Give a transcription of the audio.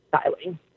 styling